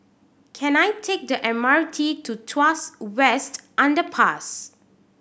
can I take the M R T to Tuas West Underpass